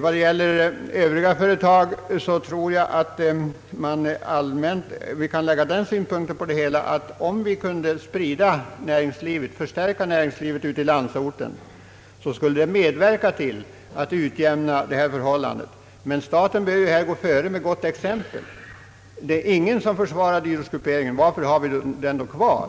Vad gäller övriga företag kan vi lägga den synpunkten på det hela att om vi kunde förstärka näringslivet ute i landsorten, t.ex. med utflyttning från storstäderna och effektiv lokaliseringspolitik skulle det medverka till en utjämning, men staten bör här gå före med gott exempel. Det är ingen som försvarar dyrortsgrupperingen. Varför har vi den då kvar?